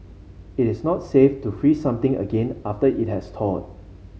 it is not safe to freeze something again after it has thawed